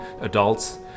adults